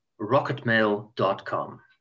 rocketmail.com